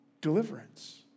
deliverance